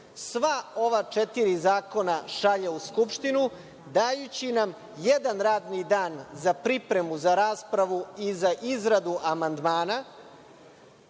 sva ova četiri zakona šalje u Skupštinu, dajući nam jedni radni dan za pripremu za raspravu i za izradu amandmana,